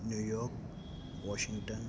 New York Washington